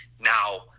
now